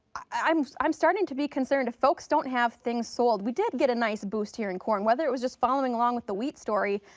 i'm i'm starting to be concerned if folks don't have things sold. we did get a nice boost here in corn, whether it was just following along with the wheat story,